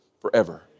forever